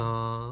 ya